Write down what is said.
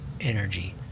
energy